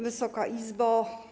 Wysoka Izbo!